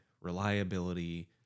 reliability